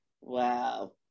wow